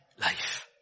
life